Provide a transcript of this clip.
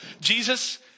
Jesus